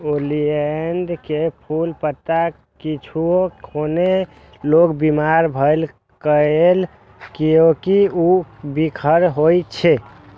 oleander के फूल, पत्ता किछुओ खेने से लोक बीमार भए सकैए, कियैकि ऊ बिखाह होइ छै